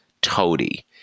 toady